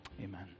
Amen